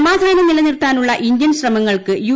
സമാധാനം നിലനിർത്താനുള്ള ഇന്ത്യൻ ശ്രമങ്ങൾക്ക് യു